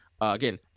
Again